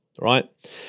right